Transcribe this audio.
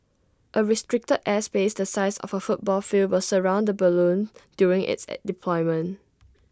A restricted airspace the size of A football field will surround the balloon during its deployment